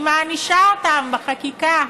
היא מענישה אותם בחקיקה.